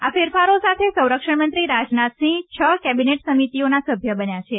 આ ફેરફારો સાથે સંરક્ષણમંત્રી રાજનાથસિંહ છ કેબિનેટ સમિતિઓના સભ્ય બન્યા છે